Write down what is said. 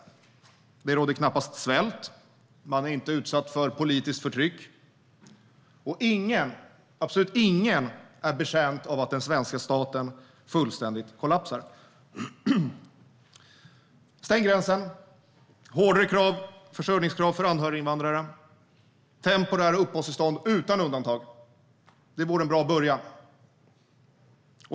Det råder knappast svält. Man är inte utsatt för politiskt förtryck. Och absolut ingen är betjänt av att den svenska staten fullständigt kollapsar. Stäng gränsen! Inför hårdare försörjningskrav för anhöriginvandrare och temporära uppehållstillstånd utan undantag. Det vore en bra början.